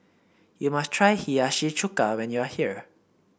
you must try Hiyashi Chuka when you are here